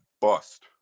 bust